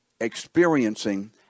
experiencing